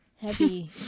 Heavy